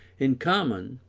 in common,